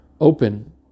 open